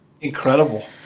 Incredible